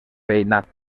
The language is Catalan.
veïnat